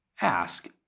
ask